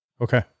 okay